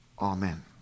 amen